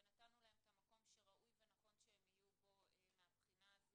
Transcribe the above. ונתנו להם את המקום שראוי ונכון שהם יהיו בו מהבחינה הזו,